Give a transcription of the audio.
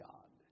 God